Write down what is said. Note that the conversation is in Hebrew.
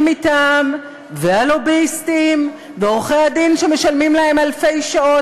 מטעם והלוביסטים ועורכי-הדין שמשלמים להם אלפי שעות,